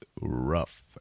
rough